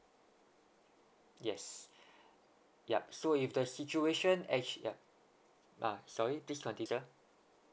yes yup so if the situation actu~ yup ah sorry please con~ teacher